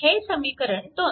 हे समीकरण 2